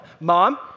Mom